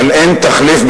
אבל אין תחליף,